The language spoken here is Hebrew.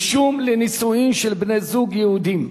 (רישום לנישואין של בני-זוג יהודים),